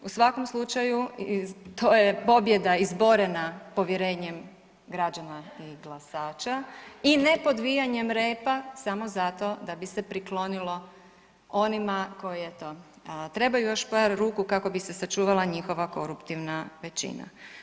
U svakom slučaju to je pobjeda izborena povjerenjem građana i glasača i nepodvijanjem repa samo zato da bi se priklonilo onima koji eto, trebaju još par ruku kako bi se sačuvala njihova koruptivna većina.